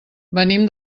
venim